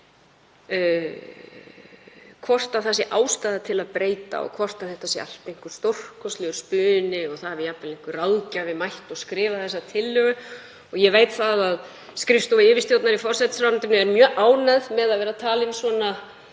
hvort ástæða sé til að breyta og hvort þetta sé einhver stórkostlegur spuni og það hafi jafnvel einhver ráðgjafi mætt og skrifað þessa tillögu — ég veit að skrifstofa yfirstjórnar í forsætisráðuneytinu er mjög ánægð með að vera talin svona